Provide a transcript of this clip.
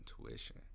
intuition